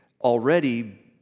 already